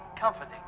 comforting